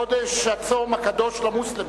חודש הצום הקדוש למוסלמים.